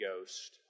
Ghost